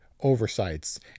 oversights